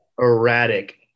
erratic